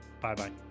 Bye-bye